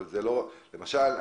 אבל זה לא רק המיקום הגאוגרפי.